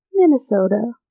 Minnesota